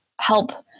help